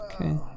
Okay